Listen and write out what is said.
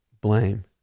blame